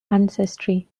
ancestry